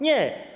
Nie.